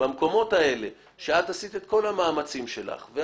אני לא שם את